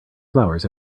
flowers